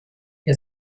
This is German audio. ihr